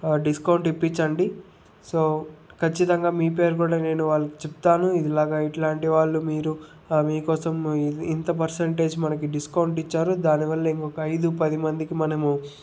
discount ఇప్పించండి so ఖచ్చితంగా మీ పేరు కూడా నేను వాళ్ళకి చెప్తాను ఇలాగా ఇలాంటి వాళ్ళు మీరు మీ కోసం ఇంత పర్సెంటేజ్ మనకి డిస్కౌంట్ ఇచ్చారు దాని వల్ల ఇంకొక ఐదు పది మందికి మనము